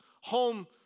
home